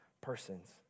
persons